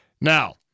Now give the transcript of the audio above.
now